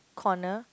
corner